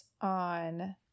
on